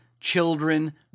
children